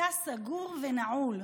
התא סגור ונעול.